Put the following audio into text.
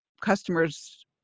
customers